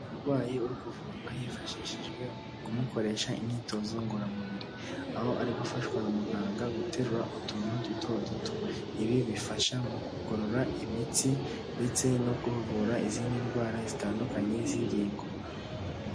Umurwayi uri kuvurwa hifashishijwe kumukoresha imyitozo ngororamubiri, aho ari gufashwa na muganga guterura utuntu duto duto, ibi bifasha mu kugorora imitsi ndetse no kuvura izindi ndwara zitandukanye z'ingingo.